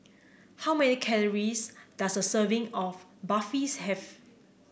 how many calories does a serving of Barfi have